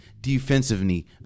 defensively